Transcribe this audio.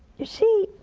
you see,